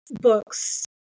books